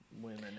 women